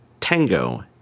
Tango